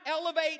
elevate